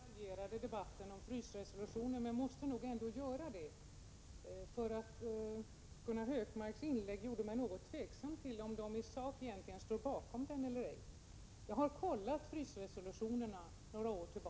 Herr talman! Jag hade hoppats slippa ta upp den detaljerade debatten om frysningsresolutionen, men jag måste ändå göra det. Gunnar Hökmarks inlägg gjorde mig tveksam till om moderata samlingspartiet i sak står bakom den eller ej. Jag har kontrollerat frysningsresolutionerna några år bakåt.